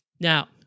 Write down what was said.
Now